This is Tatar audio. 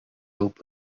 алып